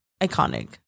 iconic